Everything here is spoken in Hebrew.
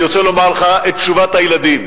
אני רוצה לומר לך מה תשובת הילדים: